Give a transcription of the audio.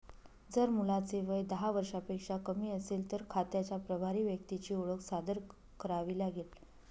जर मुलाचे वय दहा वर्षांपेक्षा कमी असेल, तर खात्याच्या प्रभारी व्यक्तीची ओळख सादर करावी लागेल